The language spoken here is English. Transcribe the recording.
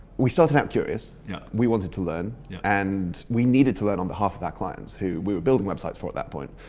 we started out curious. yeah we wanted to learn and we needed to learn on behalf of our clients who we were building websites for at that point.